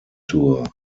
tour